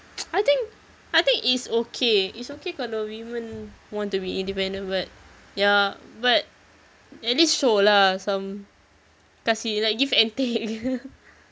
I think it's okay it's okay kalau women want to be independent but ya but at least show lah kasi like give and take